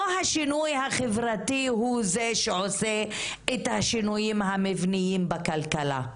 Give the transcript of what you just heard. לא השינוי החברתי הוא זה שעושה את השינויים המבניים בכלכלה,